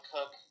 Cook